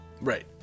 Right